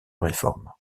réforme